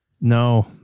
No